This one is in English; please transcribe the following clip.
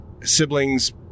siblings